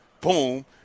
boom